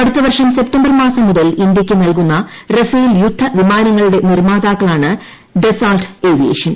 അടുത്തവർഷം സെപ്തംബർ മാസം മുതൽ ഇന്ത്യയ്ക്ക് നൽകുന്ന റഫാൽ യുദ്ധ വിമാനങ്ങളുടെ നിർമ്മാതാക്കളാണ് ഡസാൾട്ട് ഏവിയേഷൻ